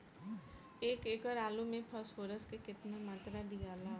एक एकड़ आलू मे फास्फोरस के केतना मात्रा दियाला?